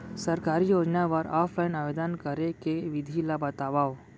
सरकारी योजना बर ऑफलाइन आवेदन करे के विधि ला बतावव